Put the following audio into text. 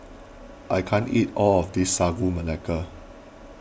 I can't eat all of this Sagu Melaka